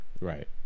Right